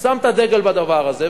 שם את הדגל על הדבר הזה.